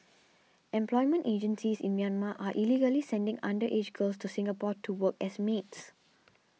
employment agencies in Myanmar are illegally sending underage girls to Singapore to work as maids